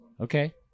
Okay